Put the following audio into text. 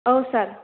औ सार